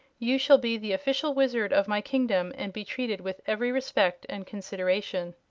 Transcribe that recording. you shall be the official wizard of my kingdom, and be treated with every respect and consideration.